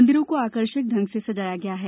मंदिरों को आकर्षक ढंग से सजाया गया है